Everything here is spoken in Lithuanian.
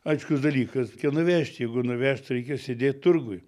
aiškus dalykas nuvežt jeigu nuvežt reikia sėdėt turguj